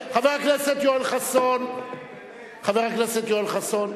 חבר הכנסת פיניאן, חבר הכנסת יואל חסון.